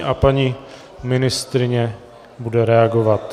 A paní ministryně bude reagovat.